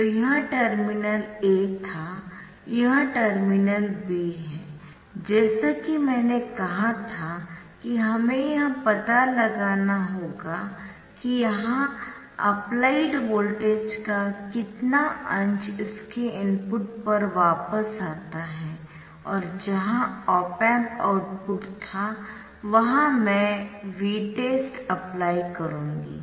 तो यह terminal A था यह टर्मिनल B है जैसा कि मैंने कहा था कि हमें यह पता लगाना होगा कि यहां एप्लाइड वोल्टेज का कितना अंश इसके इनपुट पर वापस आता है और जहां ऑप एम्प आउटपुट था वहा मै Vtest अप्लाईकरूंगी